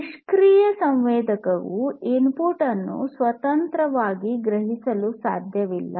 ನಿಷ್ಕ್ರಿಯ ಸಂವೇದಕವು ಇನ್ಪುಟ್ ಅನ್ನು ಸ್ವತಂತ್ರವಾಗಿ ಗ್ರಹಿಸಲು ಸಾಧ್ಯವಿಲ್ಲ